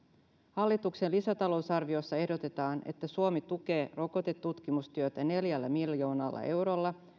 hallituksen lisätalousarviossa ehdotetaan että suomi tukee rokotetutkimustyötä neljällä miljoonalla eurolla